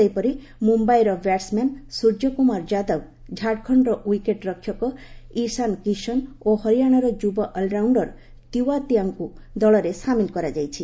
ସେହିପରି ମୁମ୍ବାଇର ବ୍ୟାଟ୍ମମ୍ୟାନ ସୂର୍ଯ୍ୟ କୁମାର ଯାଦବ ଝାଡଖଣ୍ଡର ୱିକେଟ ରକ୍ଷକ ଇସାନ କିଶନ ଓ ହରିୟାଣାର ଯୁବ ଅଲରାଉଣ୍ଡର ତିଓ୍ୱତିଆଙ୍କୁ ଦଳରେ ସାମିଲ କରାଯାଇଛି